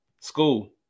school